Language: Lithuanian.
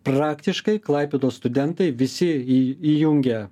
praktiškai klaipėdos studentai visi į įjungę